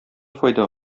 файда